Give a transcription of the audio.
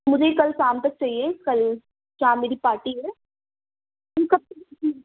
مجھے کل شام تک چاہیے کل شام میری پارٹی ہے ان کا